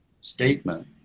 statement